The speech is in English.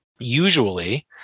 usually